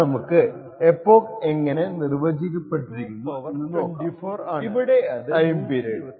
ഇനി നമുക്ക് ഇപ്പോക് എങ്ങനെ നിർവചിക്കപ്പെട്ടിരിക്കുന്നു എന്ന നോക്കാം ഇവിടെ അത് 128 ആണ് 2 24 ആണ് ടൈം പീരീഡ്